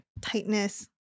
tightness